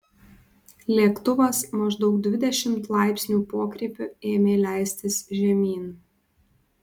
lėktuvas maždaug dvidešimt laipsnių pokrypiu ėmė leistis žemyn